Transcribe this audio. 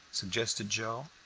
suggested joe.